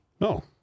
No